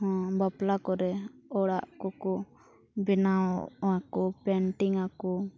ᱦᱚᱸ ᱵᱟᱯᱞᱟ ᱠᱚᱨᱮ ᱚᱲᱟᱜ ᱠᱚᱠᱚ ᱵᱮᱱᱟᱣ ᱟᱠᱚ ᱟᱠᱚ